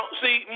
see